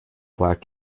black